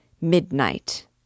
Midnight